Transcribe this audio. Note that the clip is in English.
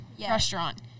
restaurant